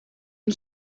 une